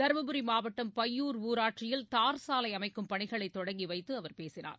தருமபுரி மாவட்டம் பையூர் ஊராட்சியில் தார் சாலை அமைக்கும் பணிகளை தொடங்கி வைத்து அவர் பேசினார்